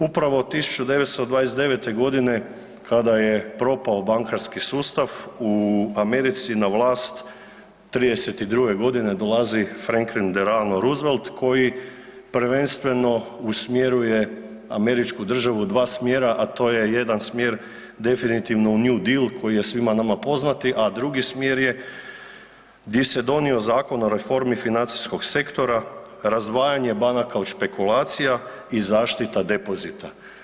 Upravo 1929. godine kada je propao bankarski sustav u Americi na vlast '32. godine dolazi Franklin Delano Roosevelt koji prvenstveno usmjeruje američku državu u dva smjera, a to je jedan smjer definitivno u nex deal koji je nama svima poznati, a drugi smjer je gdje se donio zakon o reformi financijskog sektora, razdvajanja banaka od špekulacija i zaštita depozita.